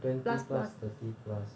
twenty plus thirty plus